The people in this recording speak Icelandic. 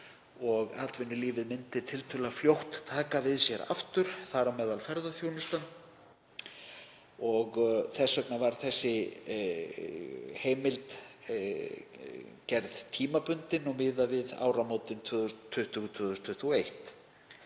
og að atvinnulífið myndi tiltölulega fljótt taka við sér aftur, þar á meðal ferðaþjónustan. Þess vegna var heimildin gerð tímabundin og miðuð við áramótin 2020–2021.